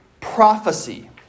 prophecy